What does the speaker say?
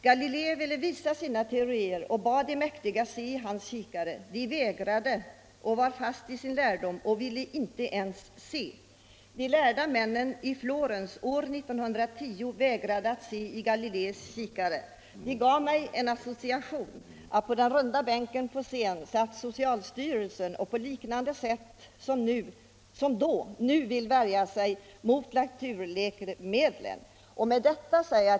Galilei ville bevisa sina Ystad och Löderups teorier och bad de mäktiga se i hans kikare — de vägrade. De stod fast — strandbad vid sin lärdom och ville inte ens se. De lärda männen i Florens år 1610 vägrade att titta i Galileis kikare. Detta gav mig associationen att på den runda bänken på scenen satt socialstyrelsen, som på liknande sätt vill värja sig mot naturläkemedlen.